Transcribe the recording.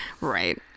Right